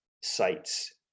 sites